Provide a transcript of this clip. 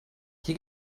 hier